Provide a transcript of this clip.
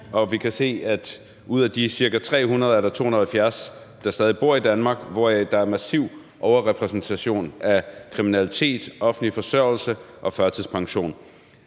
og vi kan se, at ud af de ca. 300 er der 270, der stadig bor i Danmark, hvoraf der er massiv overrepræsentation af kriminalitet, offentlig forsørgelse og førtidspension.